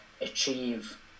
achieve